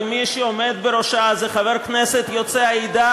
מי שעומד בראשה הוא חבר כנסת יוצא העדה.